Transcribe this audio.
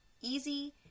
easy